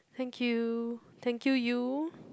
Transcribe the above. thank you thank you you